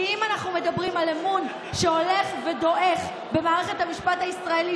כי אם אנחנו מדברים על אמון שהולך ודועך במערכת המשפט הישראלית,